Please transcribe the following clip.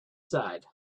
side